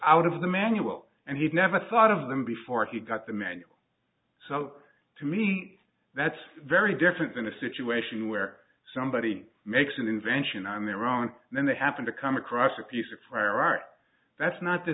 out of the manual and he'd never thought of them before he got the manual so to me that's very different than a situation where somebody makes an invention on their own and then they happen to come across a piece of our art that's not the